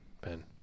Ben